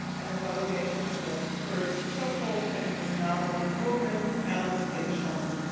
and the publication of the first so-called feminist novel of the movement, alex kate shulman,